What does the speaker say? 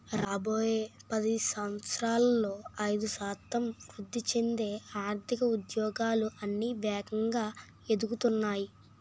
రాబోయే పది సంవత్సరాలలో ఐదు శాతం వృద్ధి చెందే ఆర్థిక ఉద్యోగాలు అన్నీ వేగంగా ఎదుగుతున్నాయి